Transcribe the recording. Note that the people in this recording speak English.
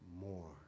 more